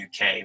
UK